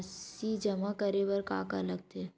राशि जमा करे बर का का लगथे?